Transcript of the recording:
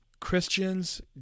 Christians